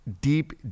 Deep